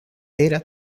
era